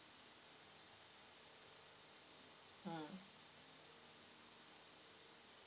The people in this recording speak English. mm